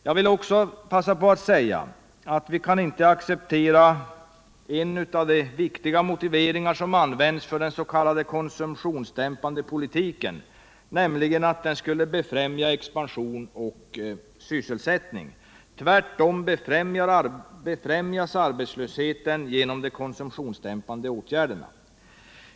Jag vill också passa på att säga att vi inte kan acceptera en av de väsentliga motiveringar som används för den s.k. konsumtionsdämpande politiken, nämligen att den skulle befrämja expansion och sysselsättning. Tvärtom befrämjas arbetslösheten genom de konsumtionsdämpande åtgärderna.